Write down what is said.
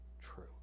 true